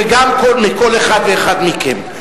וגם מכל אחד ואחד מכם.